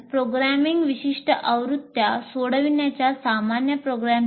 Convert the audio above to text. programming विशिष्ट आवृत्त्या सोडविण्याच्या सामान्य प्रोग्रामची